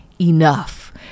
enough